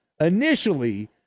initially